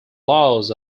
laws